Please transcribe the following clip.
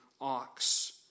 ox